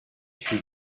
fut